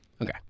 okay